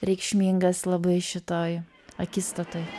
reikšmingas labai šitoj akistatoj